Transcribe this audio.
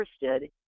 interested